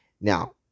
Now